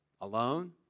alone